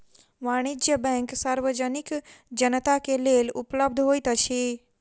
वाणिज्य बैंक सार्वजनिक जनता के लेल उपलब्ध होइत अछि